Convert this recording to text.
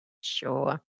Sure